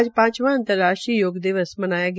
आज पांचवा अंतर्राष्ट्रीय योग दिवस मनाया गया